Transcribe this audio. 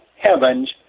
heavens